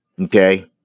Okay